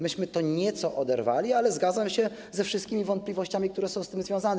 Myśmy to nieco oderwali, ale zgadzam się ze wszystkimi wątpliwościami, które są z tym związane.